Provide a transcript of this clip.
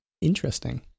Interesting